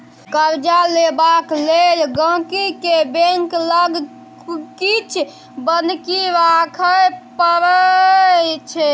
कर्जा लेबाक लेल गांहिकी केँ बैंक लग किछ बन्हकी राखय परै छै